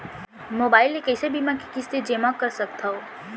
Mobile ले कइसे बीमा के किस्ती जेमा कर सकथव?